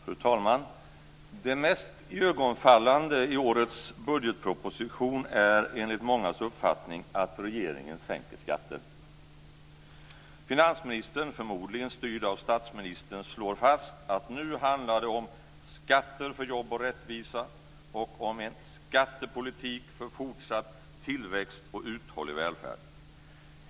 Fru talman! Det mest iögonfallande i årets budgetproposition är enligt mångas uppfattning att regeringen sänker skatter. Finansministern, förmodligen styrd av statsministern, slår fast att nu handlar det om "skattepolitik för fortsatt tillväxt och uthållig välfärd".